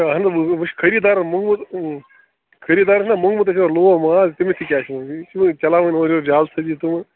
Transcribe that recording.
اہَن وٕ وٕ چھِ خریٖدارَن موٚنگمُت خریٖدارَن چھِنہٕ موٚنگمُت یورٕ لوو ماز تٔمِس تہِ کیٛاہ چھِ ؤنۍ یہِ چھِ ؤنۍ چلاوٕنۍ اورٕ یور جال سٲزی تہٕ وٕ